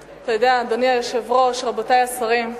יודע, אדוני היושב-ראש, רבותי השרים,